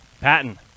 Patton